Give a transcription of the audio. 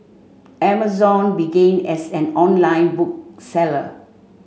Amazon began as an online book seller